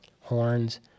horns